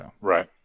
Right